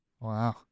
Wow